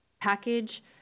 package